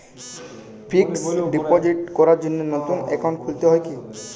Fix deposit করার জন্য নতুন অ্যাকাউন্ট খুলতে হয় কী?